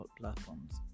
platforms